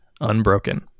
unbroken